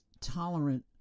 tolerant